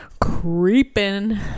creeping